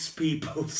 people